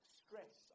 stress